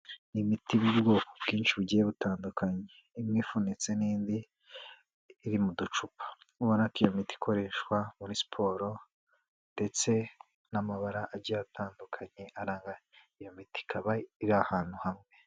Ni imiti y'ubwoko bwinshi bugiye butandukanye. Imwe ifunitse n'indi iri mu ducupa. Ubona ko iyo miti ikoreshwa muri siporo ndetse n'amabara agiye atandukanye aranga iyo miti. Ikaba iri ahantu hamwe.